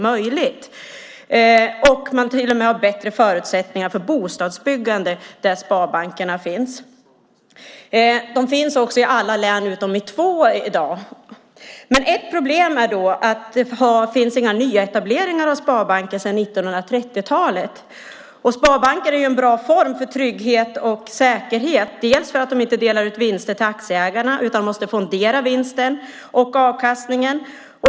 Man har till och med bättre förutsättningar för bostadsbyggande där sparbankerna finns. De finns också i alla län utom i två i dag. Men ett problem är att det inte har varit några nyetableringar av sparbanker sedan 1930-talet. Sparbanker är en bra form för trygghet och säkerhet eftersom de inte delar ut vinster till aktieägarna utan måste fondera vinsten och avkastningen.